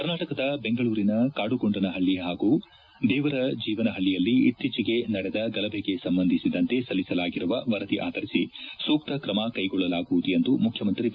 ಕರ್ನಾಟಕದ ಬೆಂಗಳೂರಿನ ಕಾಡುಗೊಂಡನಪಳ್ಳಿ ಪಾಗೂ ದೇವನ ಜೀವನಪಳ್ಳಿಯಲ್ಲಿ ಇತ್ತೀಚೆಗೆ ನಡೆದ ಗಲಭೆಗೆ ಸಂಬಂಧಿಸಿದಂತೆ ಸಲ್ಲಿಸಲಾಗಿರುವ ವರದಿ ಆಧರಿಸಿ ಸೂಕ್ತ ಕ್ರಮ ಕೈಗೊಳ್ಳಲಾಗುವುದು ಎಂದು ಮುಖ್ಯಮಂತ್ರಿ ಬಿ